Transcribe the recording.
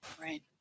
Right